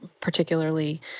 particularly